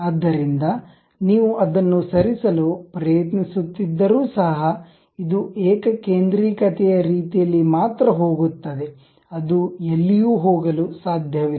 ಆದ್ದರಿಂದ ನೀವು ಅದನ್ನು ಸರಿಸಲು ಪ್ರಯತ್ನಿಸುತ್ತಿದ್ದರೂ ಸಹ ಇದು ಏಕಕೇಂದ್ರಿಕತೆಯ ರೀತಿಯಲ್ಲಿ ಮಾತ್ರ ಹೋಗುತ್ತದೆ ಅದು ಎಲ್ಲಿಯೂ ಹೋಗಲು ಸಾಧ್ಯವಿಲ್ಲ